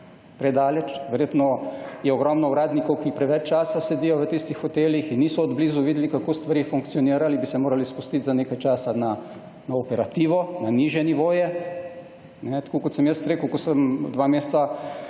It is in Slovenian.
predaleč, verjetno je ogromno uradnikov, ki preveč časa sedijo v tistih hotelih in niso od blizu videli kako stvari funkcionirajo, bi se morali spustiti za nekaj časa na operativo, na nižje nivoje, tako kot sem jaz rekel, kot sem dva meseca